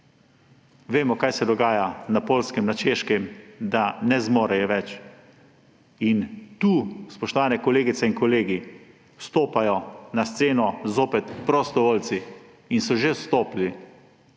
Vemo, kaj se dogaja na Poljskem, na Češkem, da ne zmorejo več. In tu, spoštovani kolegice in kolegi, vstopajo na sceno zopet prostovoljci in so že vstopili.